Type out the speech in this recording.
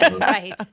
Right